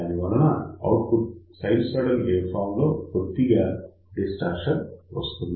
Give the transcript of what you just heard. దాని వలన output sinusoidal wave form లో కొద్దిగా డిస్టార్షన్ వస్తుంది